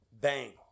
Bang